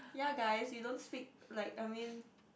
ya guys we don't speak like I mean